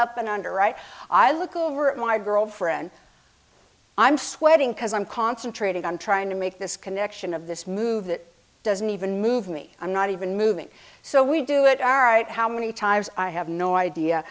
up and under right i look over at my girlfriend i'm sweating because i'm concentrating on trying to make this connection of this move that doesn't even move me i'm not even moving so we do it all right how many times i have no idea